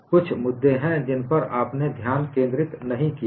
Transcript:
कुछ मुद्दे हैं जिन पर आपने ध्यान केंद्रित नहीं किया है